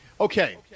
okay